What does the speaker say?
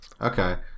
Okay